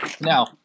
now